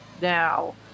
now